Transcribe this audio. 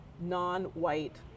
non-white